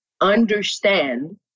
understand